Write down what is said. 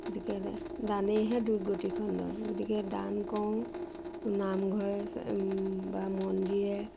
গতিকে দানেইহে দুৰ্গতি খণ্ডন গতিকে দান কৰোঁ নামঘৰে বা মন্দিৰে